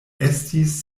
estis